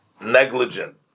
negligent